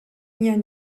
lien